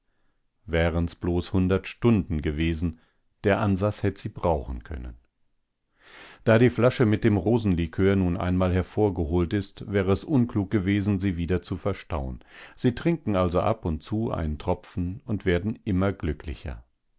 wären's bloß hundert stunden gewesen der ansas hätt sie brauchen können da die flasche mit dem rosenlikör nun einmal hervorgeholt ist wäre es unklug gewesen sie wieder zu verstauen sie trinken also ab und zu einen tropfen und werden immer glücklicher